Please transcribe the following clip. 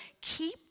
keep